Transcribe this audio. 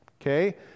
okay